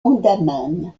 andaman